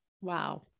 Wow